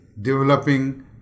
developing